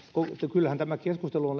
kyllähän tämä keskustelu on